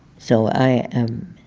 so i am